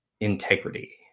integrity